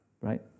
Right